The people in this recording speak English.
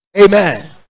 amen